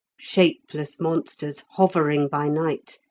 shapeless monsters, hovering by night,